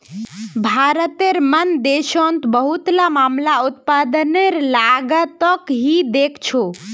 भारतेर मन देशोंत बहुतला मामला उत्पादनेर लागतक ही देखछो